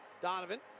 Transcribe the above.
Donovan